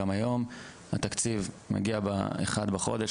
גם היום התקציב מגיע באחד בחודש,